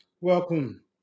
welcome